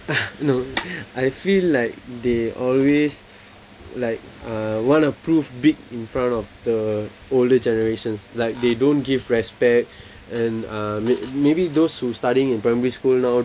no I feel like they always like uh want to prove big in front of the older generation like they don't give respect and uh may~ maybe those who studying in primary school now